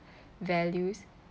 values